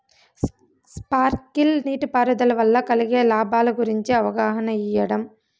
Sprinkle నీటిపారుదల వల్ల కలిగే లాభాల గురించి అవగాహన ఇయ్యడం?